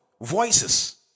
voices